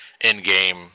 in-game